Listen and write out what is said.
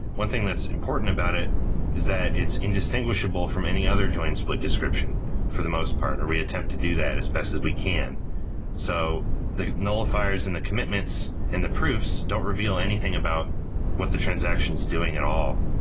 one thing that's important about it is that it's indistinguishable from any other join split description for the most part. or reattempt to do that as best as we can so the nullifiers and the commitments and the proofs don't reveal anything about what the transaction is doing at all.